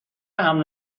حمل